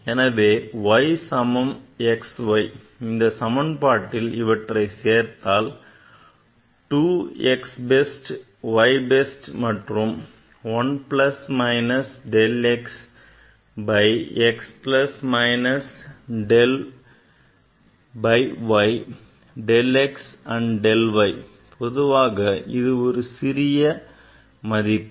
எனவே q சமம் x y இந்தச் சமன்பாட்டில் இவற்றை சேர்த்தால் two x best y best மற்றும் 1 plus minus del x by x plus minus del by y del x மற்றும் del y பொதுவாக இது ஒரு சிறிய மதிப்பு